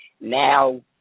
now –